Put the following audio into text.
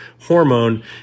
hormone